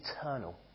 eternal